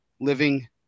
living